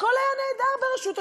הכול היה נהדר ברשות השידור.